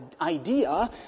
idea